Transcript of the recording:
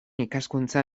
ikaskuntza